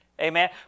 Amen